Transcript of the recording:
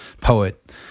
poet